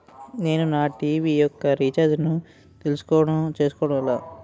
నేను నా టీ.వీ యెక్క రీఛార్జ్ ను చేసుకోవడం ఎలా?